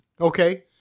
Okay